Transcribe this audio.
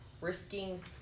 risking